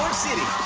city,